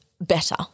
better